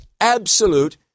absolute